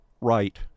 right